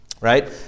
right